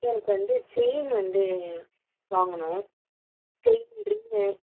எனக்கு வந்து செயின் வந்து வாங்கணும் செயின் ரிங்கு